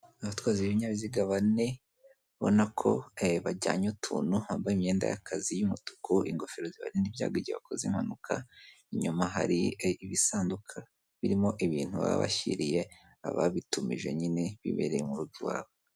Abatwazi b'ibinyabiziga bane, ubonako bajyanye utuntu, bambaye imyenda y'akazi y'umutuku, ingofero zibarinda ibyagogi mugihe bakoze impanuka, inyuma hari ibisanduka birimo ibintu babashyiriye ababitumije nyine bibereye mu rugo iwabo.